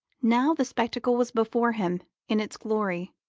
now the spectacle was before him in its glory,